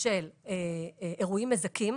של אירועים מזכים,